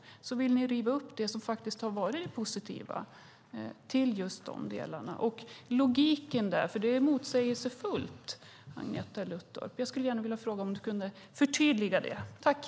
Ändå vill ni riva upp det som har varit det positiva i just dessa delar. Detta är motsägelsefullt, Agneta Luttropp, och jag skulle vilja fråga om du kan förtydliga det hela.